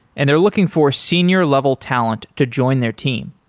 and they're looking for senior level talent to join their team.